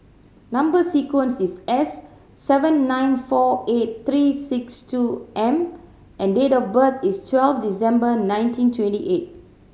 number sequence is S seven nine four eight three six two M and date of birth is twelve December nineteen twenty eight